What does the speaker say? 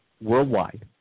worldwide